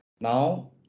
now